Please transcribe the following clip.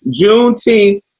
Juneteenth